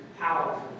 powerful